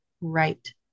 right